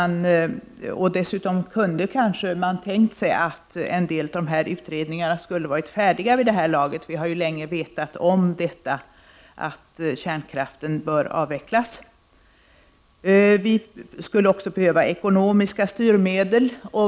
Dessutom kunde man kanske tänka sig att en del av dessa utredningar skulle ha varit färdiga vid det här laget; vi har ju länge vetat om att kärnkraften bör avvecklas. Vi skulle också behöva ekonomiska styrmedel.